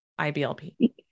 IBLP